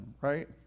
right